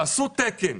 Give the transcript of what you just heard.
אם תעשו תקן,